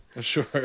Sure